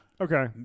okay